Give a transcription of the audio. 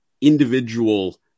individual